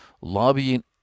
lobbying